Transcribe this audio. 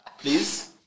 please